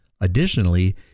Additionally